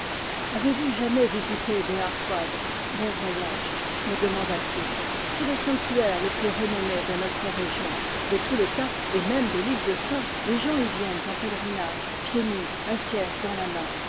avez-vous jamais visité béaj vad bon voyage me demanda-t-il c'est le sanctuaire le plus renommé de notre région de tout le cap et même de l'île de sein les gens y viennent en pèlerinage pieds nus un cierge dans la main